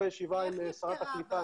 אחרי ישיבה עם שרת הקליטה,